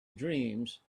dreams